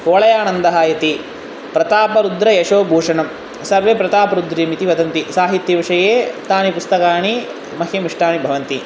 कुवलयानन्दः इति प्रतापरुद्रयशोभूषणं सर्वे प्रतापरुद्रिम् इति वदन्ति साहित्यविषये तानि पुस्तकानि मह्यम् इष्टानि भवन्ति